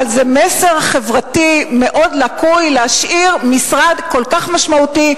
אבל זה מסר חברתי מאוד לקוי להשאיר משרד כל כך משמעותי,